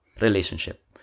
relationship